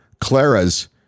Clara's